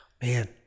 Man